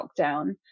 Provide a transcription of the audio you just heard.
lockdown